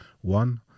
One